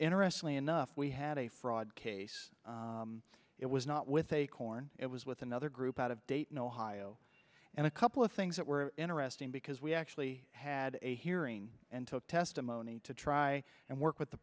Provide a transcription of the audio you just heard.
interestingly enough we had a fraud case it was not with acorn it was with another group out of dayton ohio and a couple of things that were interesting because we actually had a hearing and took testimony to try and work with the